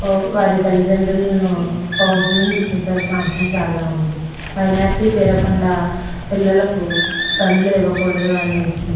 వారి తల్లి తండ్రులకి కౌన్సిలింగ్ ఇప్పించాల్సిన అవసరం చాలా ఉంది మైనారిటీ తీరకుండా పిల్లలకు బండ్లు ఇవ్వకూడదు అని